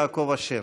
יעקב אשר,